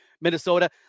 Minnesota